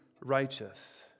righteous